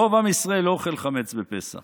רוב עם ישראל לא אוכל חמץ בפסח.